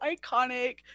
iconic